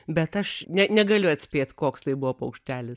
bet aš ne negaliu atspėt koks tai buvo paukštelis